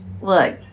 look